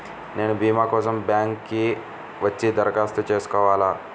నేను భీమా కోసం బ్యాంక్కి వచ్చి దరఖాస్తు చేసుకోవాలా?